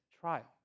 trial